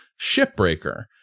Shipbreaker